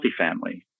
multifamily